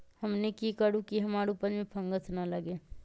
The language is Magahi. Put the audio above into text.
हमनी की करू की हमार उपज में फंगस ना लगे?